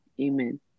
Amen